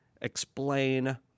explain